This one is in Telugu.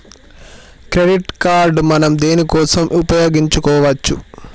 క్రెడిట్ కార్డ్ మనం దేనికోసం ఉపయోగించుకోవచ్చు?